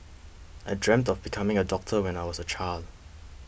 I dreamt of becoming a doctor when I was a child